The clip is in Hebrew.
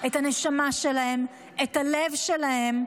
את הנשמה שלהם, את הלב שלהם,